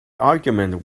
argument